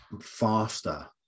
faster